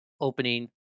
opening